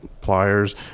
pliers